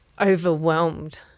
Overwhelmed